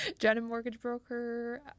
JennaMortgageBroker